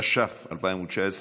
התש"ף 2019,